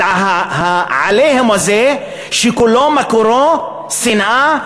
על ה"עליהום" הזה שכולו מקורו שנאה,